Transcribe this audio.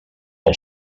del